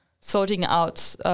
sorting-out